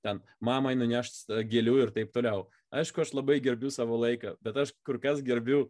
ten mamai nunešti gėlių ir taip toliau aišku aš labai gerbiu savo laiką bet aš kur kas gerbiu